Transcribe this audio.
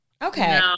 Okay